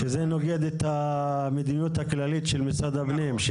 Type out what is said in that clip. זה נוגד את המדיניות הכללית של משרד הפנים.